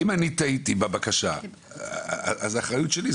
אם אני טעיתי בבקשה, אז זו האחריות שלי.